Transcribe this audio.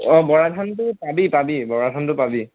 অঁ বৰা ধানটো পাবি পাবি বৰা ধানটো পাবি